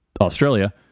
Australia